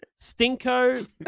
Stinko